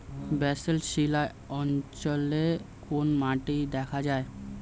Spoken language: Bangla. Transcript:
ব্যাসল্ট শিলা অঞ্চলে কোন মাটি দেখা যায়?